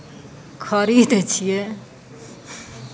खड़ी दै छियै